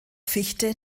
fichte